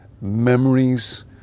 memories